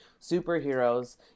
Superheroes